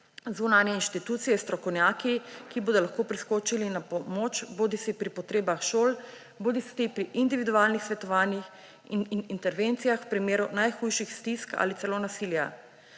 zunanje institucije s strokovnjaki, ki bodo lahko priskočili na pomoč bodisi pri potrebah šol bodisi pri individualnih svetovanjih in intervencijah v primeru najhujših stisk ali celo nasilja.